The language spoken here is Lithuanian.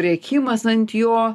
rėkimas ant jo